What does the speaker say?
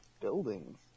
buildings